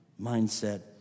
mindset